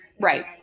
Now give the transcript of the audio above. Right